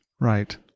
right